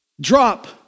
Drop